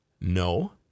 No